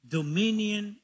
dominion